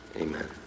amen